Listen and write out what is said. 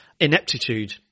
ineptitude